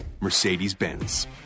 Mercedes-Benz